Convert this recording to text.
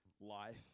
life